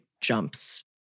jumps